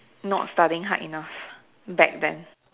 not studying hard enough back then